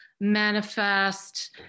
manifest